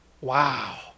Wow